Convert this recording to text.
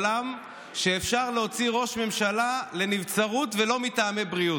שבה אפשר להוציא ראש ממשלה לנבצרות ולא מטעמי בריאות.